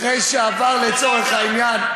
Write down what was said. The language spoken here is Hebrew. אחרי שעבר, לצורך העניין,